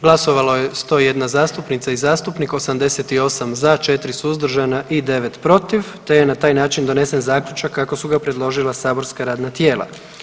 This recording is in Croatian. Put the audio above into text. Glasovalo je 101 zastupnica i zastupnik, 88 za, 4 suzdržana i 9 protiv, te je na taj način donesen zaključak kako su ga predložila saborska radna tijela.